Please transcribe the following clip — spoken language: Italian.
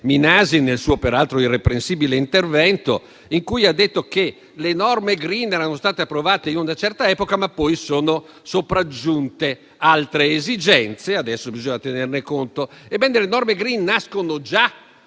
Minasi nel suo peraltro irreprensibile intervento: le norme *green* erano state approvate in una certa epoca, ma poi sono sopraggiunte altre esigenze di cui adesso bisogna tenere conto. Le norme *green* nascono già